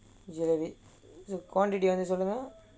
okay quantity வந்து சொல்லுங்க:vanthu sollunga